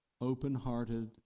open-hearted